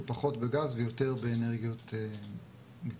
פחות בגז ויותר באנרגיות מתחדשות.